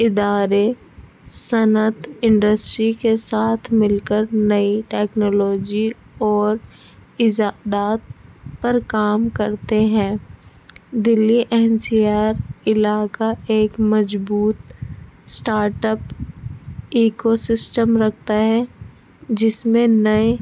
ادارے صنعت انڈسٹری کے ساتھ مل کر نئی ٹیکنالوجی اور ایجادات پر کام کرتے ہیں دہلی این سی آر علاقہ ایک مضبوط اسٹارٹپ ایکو سسٹم رکھتا ہے جس میں نئے